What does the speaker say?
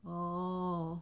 oo